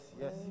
yes